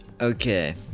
Okay